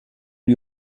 die